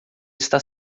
está